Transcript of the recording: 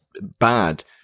bad